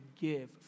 give